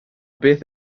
beth